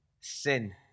sin